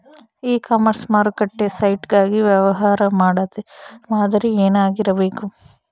E commerce ಮಾರುಕಟ್ಟೆ site ಗಾಗಿ ವ್ಯವಹಾರ ಮಾದರಿ ಏನಾಗಿರಬೇಕು?